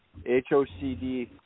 HOCD